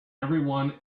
everyone